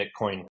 Bitcoin